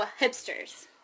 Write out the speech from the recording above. hipsters